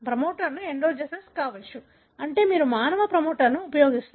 ప్రమోటర్లు endogenous కావచ్చు అంటే మీరు మానవ ప్రమోటర్ను ఉపయోగిస్తారు